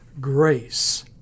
grace